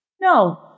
No